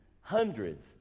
hundreds